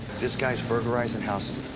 this guy's burglarizing houses.